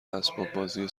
اسباببازی